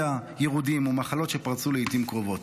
ירודים ומחלות שפרצו לעיתים קרובות.